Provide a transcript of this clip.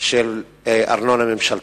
של ארנונה ממשלתית.